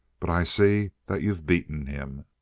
but i see that you've beaten him.